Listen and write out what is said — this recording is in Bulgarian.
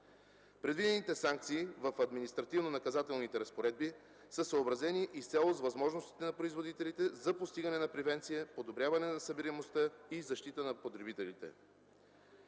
Предвидените санкции в административнонаказателните разпоредби са съобразени изцяло с възможностите на производителите за постигане на превенция, подобряване на събираемостта и защита на потребителите.